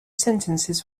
sentences